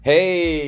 Hey